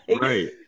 Right